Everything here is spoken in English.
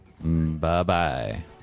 Bye-bye